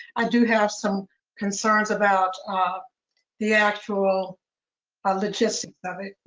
i do have some concerns about um the actual ah logistics of it,